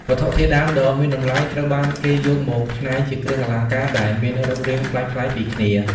វត្ថុធាតុដើមដ៏មានតម្លៃត្រូវបានគេយកមកច្នៃជាគ្រឿងអលង្ការដែលមានរូបរាងប្លែកៗពីគ្នា។